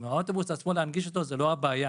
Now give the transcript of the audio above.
כלומר, להנגיש את האוטובוס עצמו זה לא בעיה